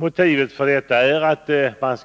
Motivet för detta är att